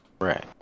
Right